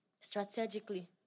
Strategically